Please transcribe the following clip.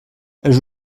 els